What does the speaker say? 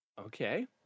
Okay